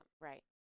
Right